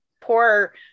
poor